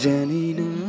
Janina